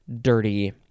dirty